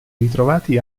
ritrovati